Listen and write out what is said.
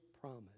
promise